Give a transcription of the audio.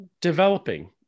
developing